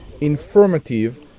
informative